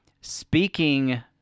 speaking